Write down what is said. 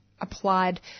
applied